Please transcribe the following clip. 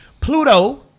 Pluto